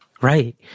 Right